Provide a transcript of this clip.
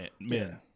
men